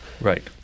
Right